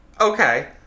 Okay